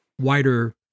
wider